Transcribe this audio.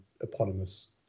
eponymous